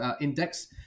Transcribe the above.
index